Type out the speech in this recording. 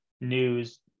news